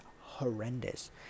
horrendous